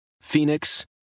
Phoenix